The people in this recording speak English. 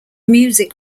music